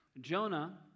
Jonah